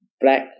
black